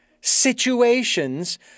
situations